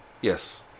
Yes